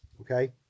okay